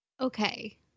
Okay